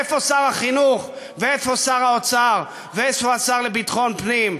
איפה שר החינוך ואיפה שר האוצר ואיפה השר לביטחון פנים?